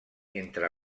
entre